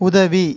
உதவி